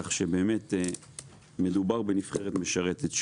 כך שבאמת מדובר בנבחרת משרתת.